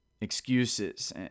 excuses